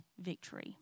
victory